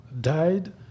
died